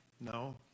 No